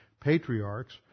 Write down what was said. patriarchs